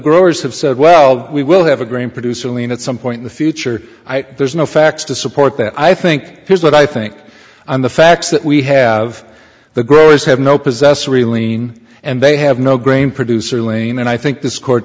growers have said well we will have a green producer lien at some point in the future there's no facts to support that i think here's what i think on the facts that we have the growers have no possessory lien and they have no grain producer lane and i think this court